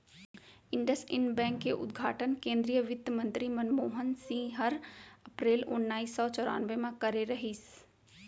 IndusInd bank के उद्घाटन केन्द्रीय बित्तमंतरी मनमोहन सिंह हर अपरेल ओनाइस सौ चैरानबे म करे रहिस